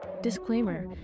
Disclaimer